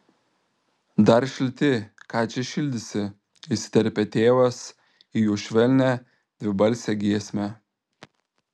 dar šilti ką čia šildysi įsiterpė tėvas į jų švelnią dvibalsę giesmę